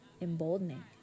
emboldening